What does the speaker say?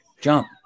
Jump